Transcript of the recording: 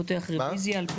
אבל,